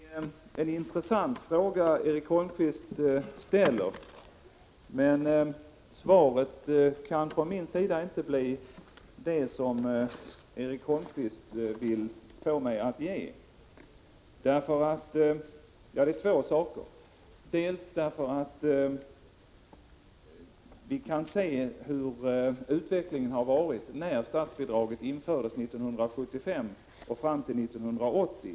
Fru talman! Det är en intressant fråga som Erik Holmkvist ställer, men mitt svar kan inte bli det som Erik Holmkvist vill ha. Det beror på två saker. Låt oss se på utvecklingen av färdtjänsten i kommunerna sedan statsbidraget infördes 1975 och fram till 1980!